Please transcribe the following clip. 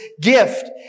gift